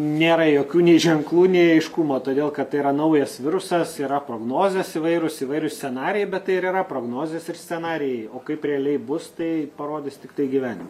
nėra jokių nei ženklų nei aiškumo todėl kad tai yra naujas virusas yra prognozės įvairūs įvairūs scenarijai bet tai ir yra prognozės ir scenarijai o kaip realiai bus tai parodys tiktai gyvenima